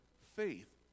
faith